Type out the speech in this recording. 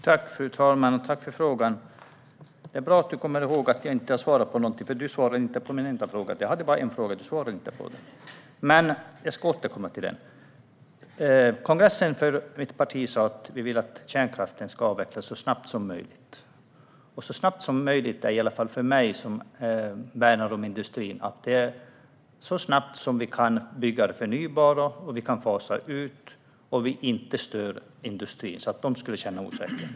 Fru talman! Tack för frågan! Det är bra att Sofia Fölster kommer ihåg att jag inte har svarat på någonting. Du svarade inte på en enda fråga. Jag hade bara en enda fråga, men du svarade inte. Jag ska återkomma till frågan. Mitt parti beslutade på sin kongress att kärnkraften ska avvecklas så snabbt som möjligt. Så snabbt som möjligt innebär för mig som värnar om industrin så snabbt som vi kan bygga för det förnybara, fasa ut och inte störa industrin på ett sätt som gör att den känner osäkerhet.